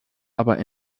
aber